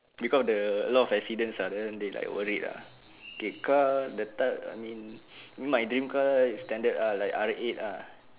because the a lot of accident ah then they like worried lah K car the type I mean my dream car is standard ah like R eight lah